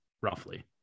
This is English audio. Roughly